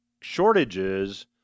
shortages